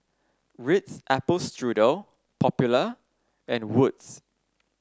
Ritz Apple Strudel Popular and Wood's